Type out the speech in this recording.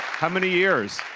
how many years?